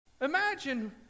Imagine